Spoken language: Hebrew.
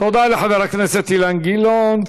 תודה לחבר הכנסת אילן גילאון.